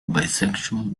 bisexual